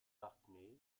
parthenay